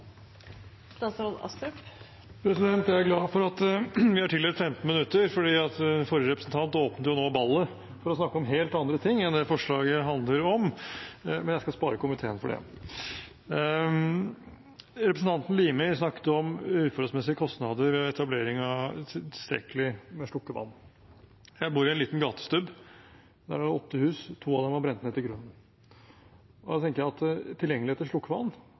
glad for at jeg er tildelt 15 minutter, for forrige representant åpnet nå ballet for å snakke om helt andre ting enn det forslaget handler om. Men jeg skal spare komiteen for det. Representanten Limi snakket om uforholdsmessige kostnader ved etablering av tilstrekkelig med slukkevann. Jeg bor i en liten gatestubb, der det var åtte hus, og to av dem har brent ned til grunnen. Da tenker jeg at tilgjengelighet til slukkevann